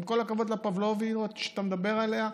עם כל הכבוד לפבלוביות שאתה מדבר עליה,